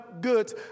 goods